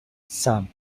son